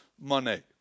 money